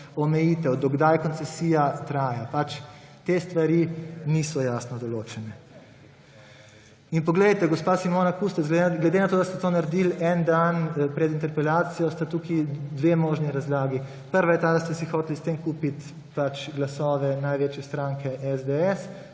omejitev, do kdaj koncesija traja. Pač te stvari niso jasno določene. In poglejte, gospa Simona Kustec, glede na to, da ste to naredili en dan pred interpelacijo, sta tukaj dve možni razlagi. Prva je ta, da ste si hoteli s tem kupiti pač glasove največje stranke SDS,